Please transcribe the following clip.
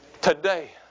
Today